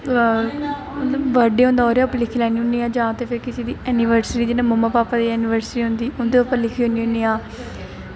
इ'यां birthday होंदा ओह्दे पर लिखी लैन्नी होनी आं जां फिर किसे दी एनिवर्सरी जि'यां मम्मा भापा दी एनिवर्सरी होंदी उं'दे पर लिखी ओड़नी होनी आं